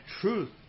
truth